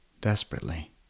desperately